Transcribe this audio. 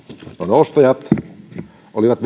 ostajat olivat